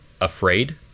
afraid